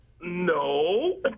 no